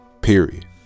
Period